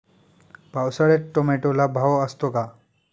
पावसाळ्यात टोमॅटोला भाव असतो का?